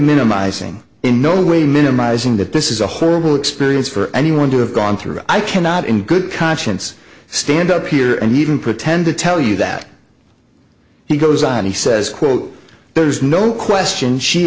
minimizing in no way minimizing that this is a horrible experience for anyone to have gone through i cannot in good conscience stand up here and even pretend to tell you that he goes on he says quote there's no question she